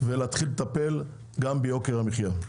ולהתחיל לטפל גם ביוקר המחיה.